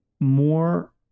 more